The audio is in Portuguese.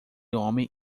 homem